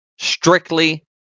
strictly